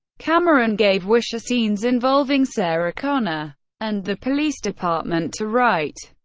cameron gave wisher scenes involving sarah connor and the police department to write.